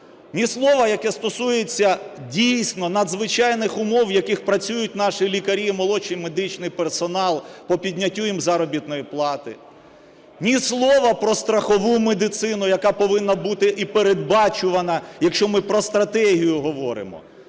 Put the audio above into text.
Ні слова, яке стосується дійсно надзвичайних умов, в яких працюють наші лікарі і молодший медичний персонал по підняттю їм заробітної плати, ні слова про страхову медицину, яка повинна бути і передбачувана, якщо ми про стратегію говоримо.